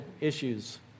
issues